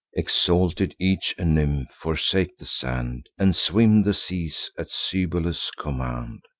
exalted each a nymph forsake the sand, and swim the seas, at cybele's command.